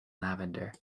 lavender